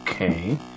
Okay